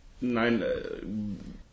Nein